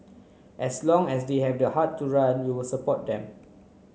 as long as they have the heart to run we will support them